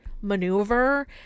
maneuver